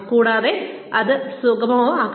കൂടാതെ അത് സുഗമമാക്കണം